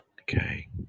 Okay